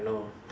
you know